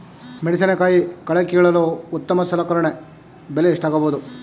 ಮೆಣಸಿನಕಾಯಿ ಕಳೆ ಕೀಳಲು ಉತ್ತಮ ಸಲಕರಣೆ ಬೆಲೆ ಎಷ್ಟಾಗಬಹುದು?